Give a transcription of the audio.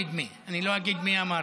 לא אגיד מי אמר.